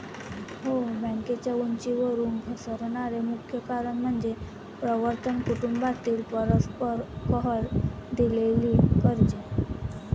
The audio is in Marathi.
हो, बँकेच्या उंचीवरून घसरण्याचे मुख्य कारण म्हणजे प्रवर्तक कुटुंबातील परस्पर कलह, दिलेली कर्जे